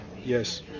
yes